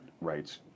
rights